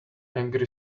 angry